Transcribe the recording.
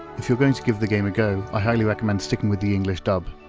if you're going to give the game a go, i highly recommend sticking with the english dub.